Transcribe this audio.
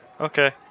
Okay